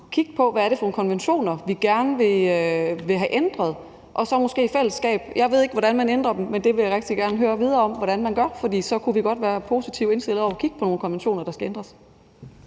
kigge på, hvad det er for nogle konventioner, vi gerne vil have ændret. Jeg ved ikke, hvordan man ændrer dem, men det vil jeg rigtig gerne høre videre om hvordan man gør, for så kunne vi godt være positivt indstillet over for at kigge på nogle konventioner, som skal ændres.